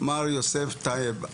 מר יוסף טייב,